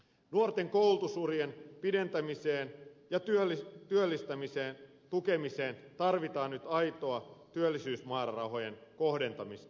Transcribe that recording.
nuorten koulutusurien pidentämiseen ja työllistämisen tukemiseen tarvitaan nyt aitoa työllisyysmäärärahojen kohdentamista